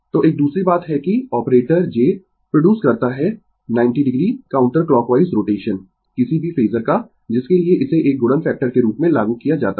तो एक दूसरी बात है कि ऑपरेटर j प्रोडूस करता है 90 o काउंटर क्लॉकवाइज रोटेशन किसी भी फेजर का जिसके लिए इसे एक गुणन फैक्टर के रूप में लागू किया जाता है